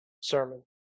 sermon